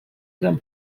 gran